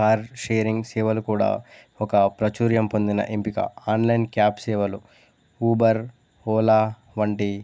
car sharing సేవలు కూడా ఒక ప్రచుర్యం పొందిన ఎంపిక ఆన్లైన్ క్యాబ్ సేవలు ఊబర్ ఓలా వంటి